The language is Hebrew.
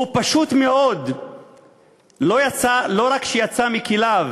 הוא פשוט מאוד לא רק יצא מכליו,